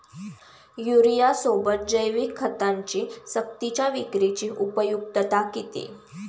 युरियासोबत जैविक खतांची सक्तीच्या विक्रीची उपयुक्तता किती?